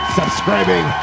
subscribing